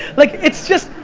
like it's just,